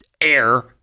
air